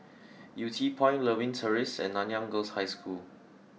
Yew Tee Point Lewin Terrace and Nanyang Girls' High School